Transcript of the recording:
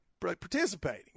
participating